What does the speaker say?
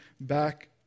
back